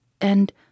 And